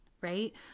right